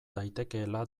daitekeela